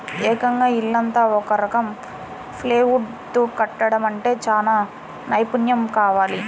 ఏకంగా ఇల్లంతా ఒక రకం ప్లైవుడ్ తో కట్టడమంటే చానా నైపున్నెం కావాలి